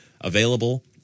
available